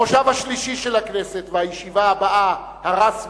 המושב השלישי של הכנסת והישיבה הבאה, הרשמית,